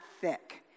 thick